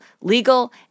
legal